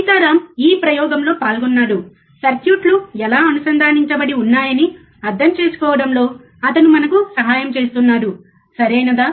సీతారాం ఈ ప్రయోగంలో పాల్గొన్నాడు సర్క్యూట్లు ఎలా అనుసంధానించబడి ఉన్నాయని అర్థం చేసుకోవడంలో అతను మనకు సహాయం చేస్తున్నాడు సరియైనదా